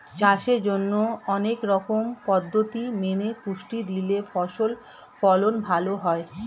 চাষের জন্যে অনেক রকম পদ্ধতি মেনে পুষ্টি দিলে ফসল ফলন ভালো হয়